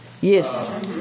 Yes